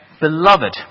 beloved